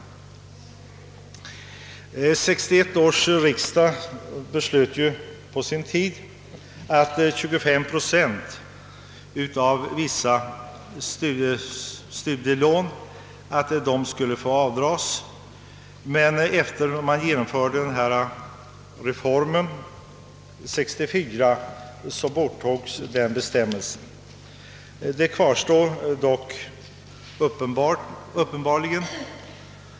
1961 års riksdag beslöt på sin tid att 25 procent av vissa studielån skulle få avskrivas, men genom reformen 1964 borttogs den bestämmelsen.